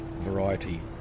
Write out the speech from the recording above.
variety